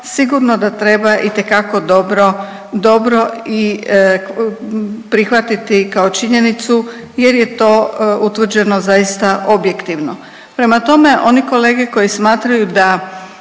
sigurno da treba itekako dobro, dobro i prihvatiti kao činjenicu jer je to utvrđeno zaista objektivno. Prema tome, oni kolege koji smatraju da